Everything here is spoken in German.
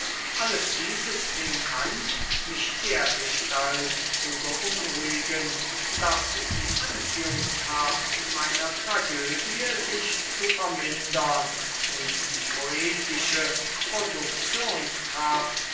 alles dieses fing an mich dergestalt zu beunruhigen daß die anziehungskraft meiner tragödie sich zu vermindern und die poetische